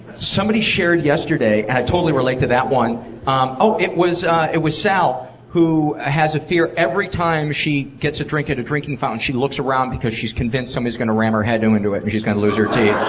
somebody shared yesterday, and i totally relate to that one um oh it was it was sal who has a fear, every time she gets a drink at a drinking fountain, she looks around because she's convinced somebody um is going to ram her head um into it and she's gonna lose here teeth.